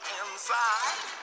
inside